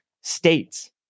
states